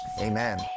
Amen